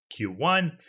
Q1